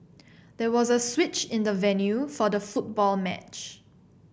there was a switch in the venue for the football match